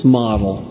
model